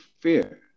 fear